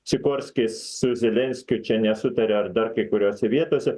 sikorskis su zelenskiu čia nesutaria ar dar kai kuriose vietose